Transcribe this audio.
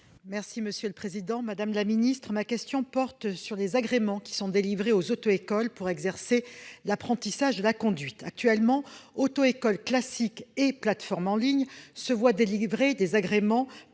chargée des transports. Madame la secrétaire d'État, ma question porte sur les agréments délivrés aux auto-écoles pour exercer l'apprentissage de la conduite. Actuellement, auto-écoles classiques et plateformes en ligne se voient délivrer des agréments